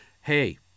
Hey